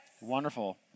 Wonderful